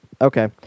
Okay